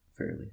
fairly